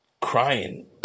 crying